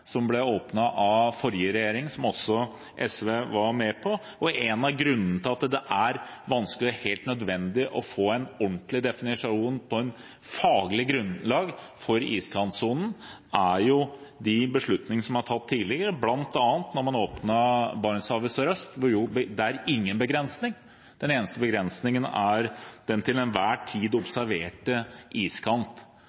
som ble åpnet av forrige regjering, som SV var med i. En av grunnene til at det er vanskelig og helt nødvendig å få en ordentlig definisjon, på et faglig grunnlag, av iskantsonen, er de beslutningene som er tatt tidligere, bl.a. da man åpnet Barentshavet sørøst, hvor det ikke er noen begrensning. Den eneste begrensningen er den til enhver tid